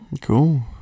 Cool